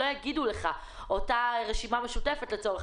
לא יגידו לך אותה הרשימה המשותפת שלצורך